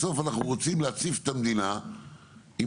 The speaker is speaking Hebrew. בסוף אנחנו רוצים להציף את המדינה עם